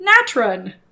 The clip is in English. natron